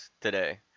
Today